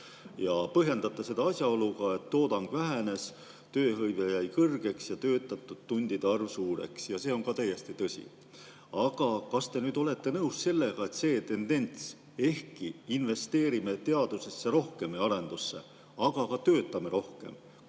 Põhjendate seda asjaoluga, et toodang vähenes, tööhõive jäi kõrgeks ja töötatud tundide arv suureks. Ja see on täiesti tõsi. Aga kas te olete nõus sellega, et see tendents – ehkki investeerime teadusesse ja arendusse rohkem, aga ka töötame rohkem,